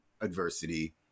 adversity